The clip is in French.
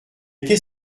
qu’est